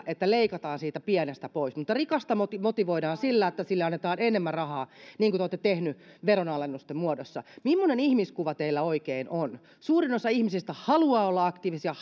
että leikataan siitä pienestä pois mutta rikasta motivoidaan sillä että hänelle annetaan enemmän rahaa niin kuin te olette tehneet veronalennusten muodossa mimmoinen ihmiskuva teillä oikein on suurin osa ihmisistä haluaa olla aktiivisia